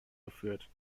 geführt